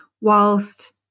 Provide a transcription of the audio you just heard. whilst